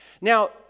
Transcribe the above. Now